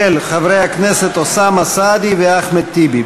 של חברי הכנסת אוסאמה סעדי ואחמד טיבי.